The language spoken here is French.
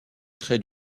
traits